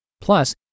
Plus